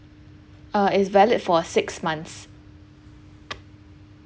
uh it's valid for six months